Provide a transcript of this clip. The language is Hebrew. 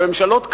אבל ממשלות,